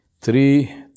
three